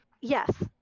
Yes